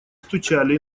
стучали